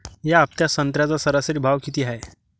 या हफ्त्यात संत्र्याचा सरासरी भाव किती हाये?